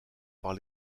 par